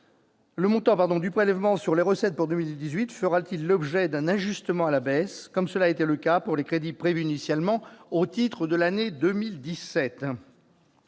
le montant du prélèvement sur les recettes pour 2018 fera-t-il l'objet d'un ajustement à la baisse, comme cela était le cas pour les crédits prévus initialement au titre de l'année 2017 ?